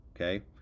Okay